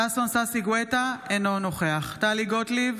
ששון ששי גואטה, אינו נוכח טלי גוטליב,